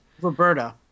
Roberta